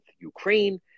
Ukraine